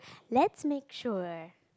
let's make sure